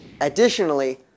Additionally